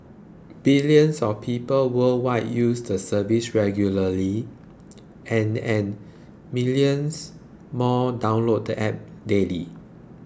billions of people worldwide use the service regularly and and millions more download the App daily